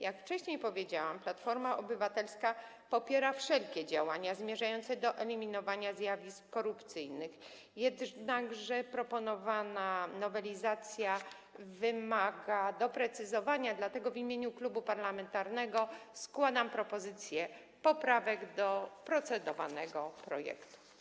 Jak wcześniej powiedziałam, Platforma Obywatelska popiera wszelkie działania zmierzające do eliminowania zjawisk korupcyjnych, jednakże proponowana nowelizacja wymaga doprecyzowania, dlatego w imieniu klubu parlamentarnego składam propozycje poprawek do procedowanego projektu.